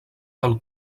del